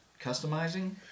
customizing